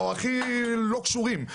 או הכי לא קשורים.